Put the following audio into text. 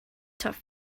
tough